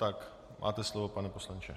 Tak máte slovo, pane poslanče.